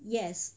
yes